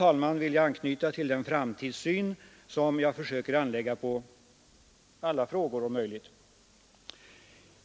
Jag vill vidare anknyta till den framtidssyn som jag, om möjligt, försöker anlägga på alla frågor.